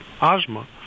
asthma